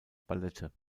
ballette